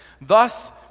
Thus